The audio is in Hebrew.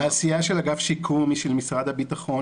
העשייה של אגף השיקום היא של משרד הביטחון,